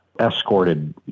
escorted